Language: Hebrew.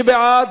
מי בעד?